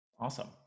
Awesome